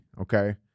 okay